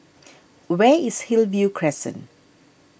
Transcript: where is Hillview Crescent